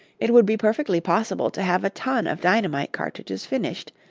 it would be perfectly possible to have a ton of dynamite-cartridges finished,